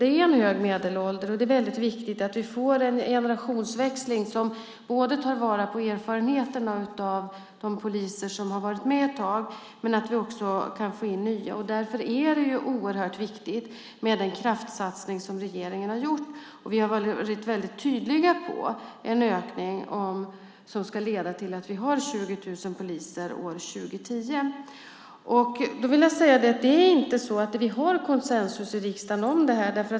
Det är en hög medelålder, och det är väldigt viktigt att vi får en generationsväxling som både gör att vi tar vara på erfarenheterna från de poliser som har varit med ett tag och att vi kan få in nya. Därför är det oerhört viktigt med den kraftsatsning som regeringen har gjort. Vi har varit väldigt tydliga med den ökning som ska leda till att vi har 20 000 poliser år 2010. Jag vill påpeka att det inte är så att vi har konsensus i riksdagen om det här.